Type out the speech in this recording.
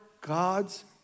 God's